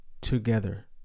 together